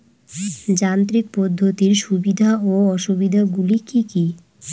যান্ত্রিক পদ্ধতির সুবিধা ও অসুবিধা গুলি কি কি?